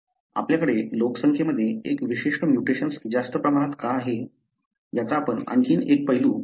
आपल्याकडे लोकसंख्येमध्ये एक विशिष्ट म्युटेशन्स जास्त प्रमाणात का आहे याचा आपण आणखी एक पैलू पाहणार आहोत